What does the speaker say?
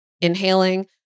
inhaling